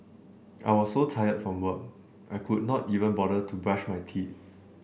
I was so tire from work I could not even bother to brush my teeth